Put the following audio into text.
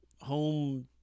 home